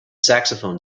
saxophone